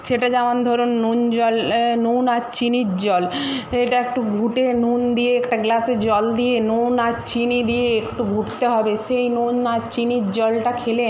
সেটা যেমন ধরুন নুন জলে নুন আর চিনির জল এটা একটু ঘুটে নুন দিয়ে একটা গ্লাসে জল দিয়ে নুন আর চিনি দিয়ে একটু ঘুটতে হবে সেই নুন আর চিনির জলটা খেলে